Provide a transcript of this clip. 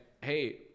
hey